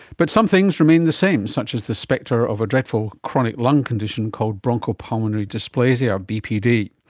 but some things remain the same, such as the spectre of a dreadful chronic lung condition called bronchopulmonary dysplasia, or bpd.